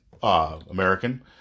American